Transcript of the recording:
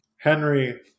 Henry